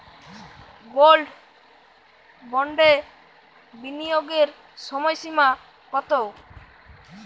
Gold বন্ডে বিনিয়োগের সময়সীমা কতো?